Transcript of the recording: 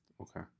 Okay